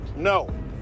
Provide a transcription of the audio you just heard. No